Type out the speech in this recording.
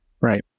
Right